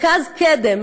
וכן מרכז קדם,